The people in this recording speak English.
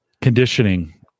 conditioning